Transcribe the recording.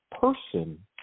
person